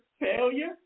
failure